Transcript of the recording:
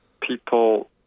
people